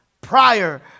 Prior